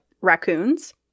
raccoons